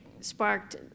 sparked